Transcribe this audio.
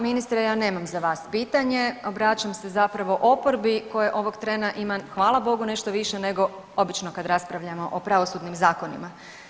Ministre, ja nemam za vas pitanje, obraćam se zapravo oporbi koje ovog trena ima hvala Bogu nešto više nego obično kad raspravljamo o pravosudnim zakonima.